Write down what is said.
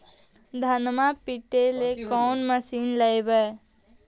धनमा पिटेला कौन मशीन लैबै?